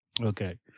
okay